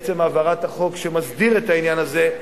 בעצם העברת החוק שמסדיר את העניין הזה,